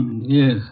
Yes